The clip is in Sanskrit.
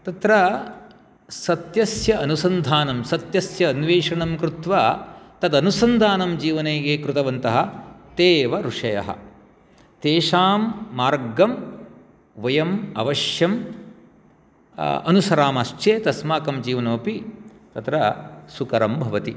तत्र सत्यस्य अनुसन्धानं सत्यस्य अन्वेषणं कृत्वा तद् अनुसन्धानं जीवने ये कृतवन्तः ते एव ऋषयः तेषां मार्गं वयम् अवश्यम् अनुसरामश्चेत् अस्माकं जीवनमपि तत्र सुकरं भवति